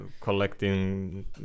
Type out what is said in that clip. collecting